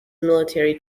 military